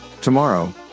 Tomorrow